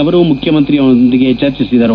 ಅವರು ಮುಖ್ಯಮಂತ್ರಿಯವರೊಂದಿಗೆ ಚರ್ಚಿಸಿದರು